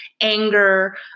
anger